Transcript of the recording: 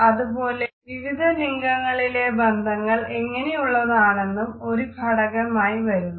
അതുപോലെ വിവിധ ലിംഗങ്ങളിലെ ബന്ധങ്ങൾ എങ്ങനെയുള്ളതാണെന്നതും ഒരു ഘടകമായി വരുന്നു